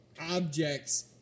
objects